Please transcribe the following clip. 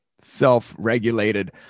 self-regulated